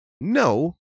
No